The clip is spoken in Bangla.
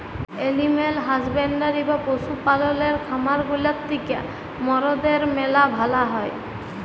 এলিম্যাল হাসব্যান্ডরি বা পশু পাললের খামার গুলা থিক্যা মরদের ম্যালা ভালা হ্যয়